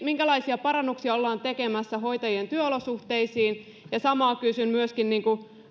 minkälaisia parannuksia ollaan tekemässä hoitajien työolosuhteisiin samalla kysyn myöskin